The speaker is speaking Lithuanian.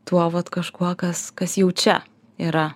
tuo vat kažkuo kas kas jau čia yra